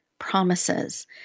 Promises